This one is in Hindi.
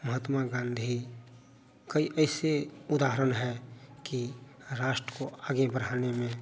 महात्मा गाँधी कई ऐसे उदाहरण है कि राष्ट्र को आगे बढ़ाने में